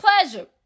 pleasure